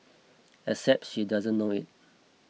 except she doesn't know it